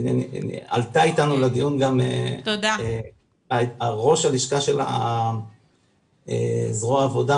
עלתה איתנו לדיון ראש הלשכה המשפטית של הזרוע עבודה,